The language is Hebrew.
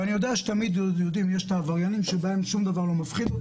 יש עבריינים שאותם שום דבר לא מפחיד,